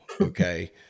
okay